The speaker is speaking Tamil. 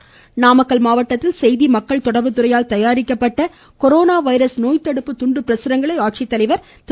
கொரோனா நாமக்கல் நாமக்கல் மாவட்டத்தில் செய்தி மக்கள் தொடர்புத்துறையால் தயாரிக்கப்பட்ட கொரோனா வைரஸ் நோய்த்தடுப்பு துண்டு பிரசுரங்களை ஆட்சித்தலைவர் திரு